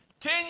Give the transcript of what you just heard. Ten